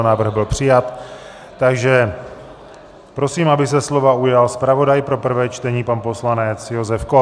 Návrh byl přijat, takže prosím, aby se slova ujal zpravodaj pro prvé čtení pan poslanec Josef Kott.